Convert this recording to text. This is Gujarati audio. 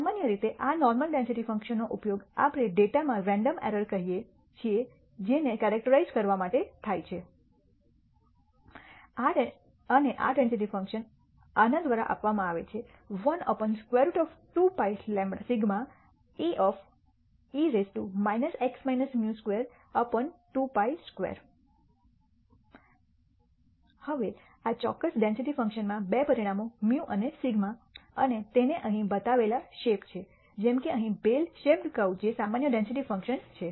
સામાન્ય રીતે આ નોર્મલ ડેન્સિટી ફંક્શનનો ઉપયોગ આપણે ડેટામાં રેન્ડમ એરર કહીએ છીએ ને કૈરિક્ટરાઇજ઼ કરવા માટે થાય છે અને આ ડેન્સિટી ફંક્શન આના દ્વારા આપવામાં આવે છે 12πσe x μ22σ2 હવે આ ચોક્કસ ડેન્સિટી ફંક્શનમાં બે પરિમાણો છે μ અને σ અને તેને અહીં બતાવેલા શેપ છે જેમ કે અહીં બેલ શૅપેડ કર્વ જે સામાન્ય ડેન્સિટી ફંક્શન છે